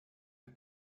mit